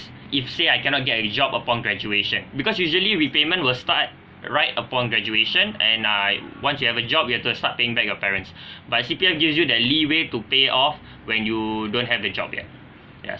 if say I cannot get a job upon graduation because usually repayment will start right upon graduation and uh once you have a job you have to start paying that your parents but C_P_F gives you that leeway to pay off when you don't have the job yet yes